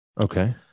Okay